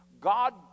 God